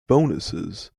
bonuses